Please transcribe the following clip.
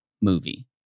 movie